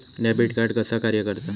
Debit card कसा कार्य करता?